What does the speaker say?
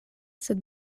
sed